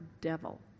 devil